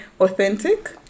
authentic